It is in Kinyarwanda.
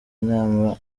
inama